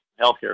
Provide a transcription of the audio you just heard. healthcare